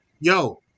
yo